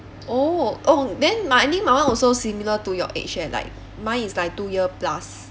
oh oh then my I think my one also similar to your age eh like mine is like two year plus